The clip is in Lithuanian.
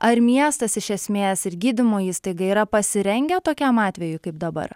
ar miestas iš esmės ir gydymo įstaiga yra pasirengę tokiam atvejui kaip dabar